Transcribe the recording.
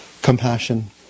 Compassion